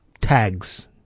tags